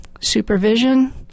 supervision